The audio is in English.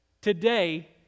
today